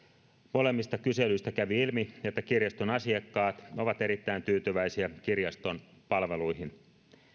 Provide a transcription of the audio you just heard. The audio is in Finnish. molemmista kyselyistä kävi ilmi että kirjaston asiakkaat ovat erittäin tyytyväisiä kirjaston palveluihin